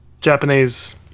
Japanese